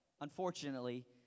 unfortunately